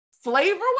flavor